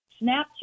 Snapchat